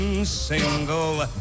single